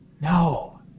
no